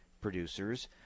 producers